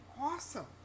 awesome